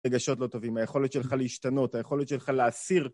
רגשות לא טובים, היכולת שלך להשתנות, היכולת שלך להסיר.